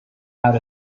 out